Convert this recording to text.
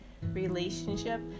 relationship